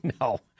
No